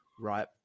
Right